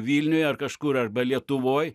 vilniuj ar kažkur arba lietuvoj